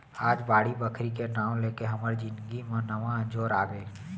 आज बाड़ी बखरी के नांव लेके हमर जिनगी म नवा अंजोर आगे